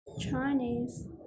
Chinese